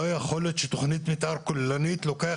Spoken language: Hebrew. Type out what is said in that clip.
לא יכול להיות שלתכנית מתאר כוללנית לוקח